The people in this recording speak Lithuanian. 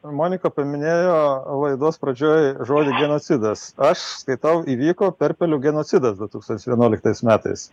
monika paminėjo laidos pradžioj žodį genocidas aš skaitau įvyko perpelių genocidas du tūkstantis vienuoliktais metais